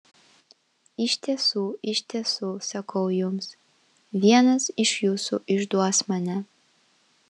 iš tiesų iš tiesų sakau jums vienas iš jūsų išduos mane